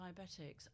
diabetics